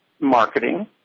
marketing